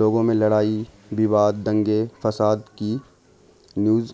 لوگوں میں لڑائی بیواد دنگے فساد کی نیوز